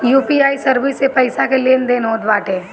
UPI service से पईसा के लेन देन होत बाटे